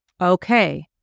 Okay